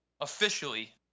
officially